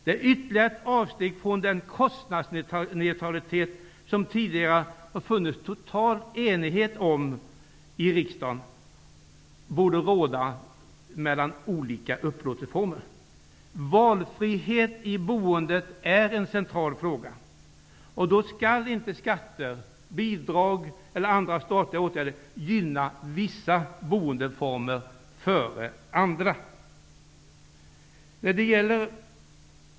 Detta är ytterligare ett avsteg från den kostnadsneutralitet som det tidigare i riksdagen har funnits en total enighet om att det borde råda mellan olika upplåtelseformer. Valfrihet i boendet är en central fråga. Då skall inte skatter, bidrag eller andra statliga åtgärder gynna vissa boendeformer före andra.